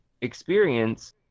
experience